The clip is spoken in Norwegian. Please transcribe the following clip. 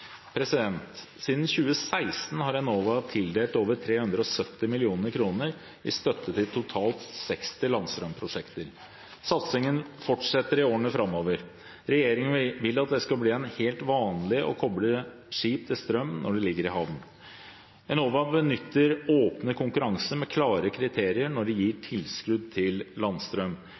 Siden 2016 har Enova tildelt over 370 mill. kr i støtte til totalt 60 landstrømprosjekter. Satsingen fortsetter i årene framover. Regjeringen vil at det skal bli helt vanlig å koble skip til strøm når de ligger i havn. Enova benytter åpne konkurranser med klare kriterier når de gir tilskudd til landstrøm.